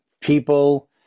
people